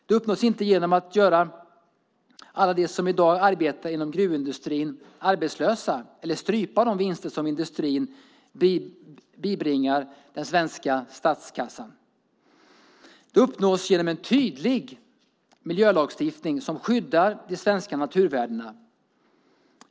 Det uppnås inte genom att man gör alla dem som i dag arbetar inom gruvindustrin arbetslösa eller genom att strypa de vinster som industrin bibringar den svenska statskassan. Det uppnås genom en tydlig miljölagstiftning som skyddar de svenska naturvärdena.